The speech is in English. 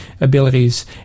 abilities